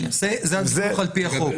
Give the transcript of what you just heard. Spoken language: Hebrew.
זהו הדיווח על פי החוק.